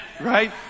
Right